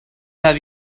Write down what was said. have